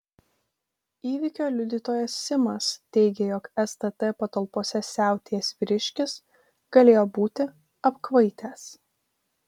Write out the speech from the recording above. įvykio liudytojas simas teigė jog stt patalpose siautėjęs vyriškis galėjo būti apkvaitęs